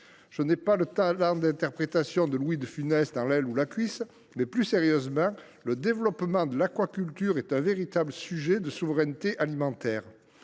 Je n’ai pas le talent d’interprétation de Louis de Funès dans, mais il faut reconnaître, plus sérieusement, que le développement de l’aquaculture est un véritable sujet de souveraineté alimentaire.